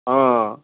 ହଁ ହଁ